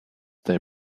their